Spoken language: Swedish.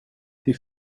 till